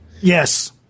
Yes